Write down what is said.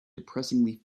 depressingly